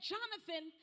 Jonathan